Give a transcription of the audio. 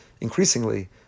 increasingly